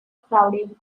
crowding